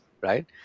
Right